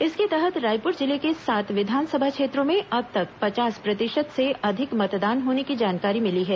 इसके तहत रायपुर जिले के सात विधानसभा क्षेत्रों में अब तक पचास प्रतिशत से अधिक मतदान होने की जानकारी मिली है